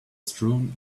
strewn